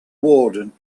warden